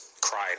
Cried